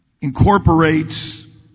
incorporates